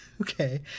Okay